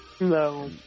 No